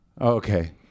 Okay